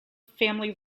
family